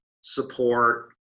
support